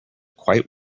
quite